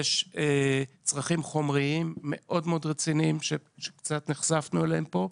יש צרכים חומריים מאוד מאוד רציניים שקצת נחשפנו אליהם כאן.